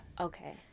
Okay